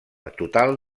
total